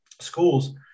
schools